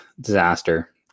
disaster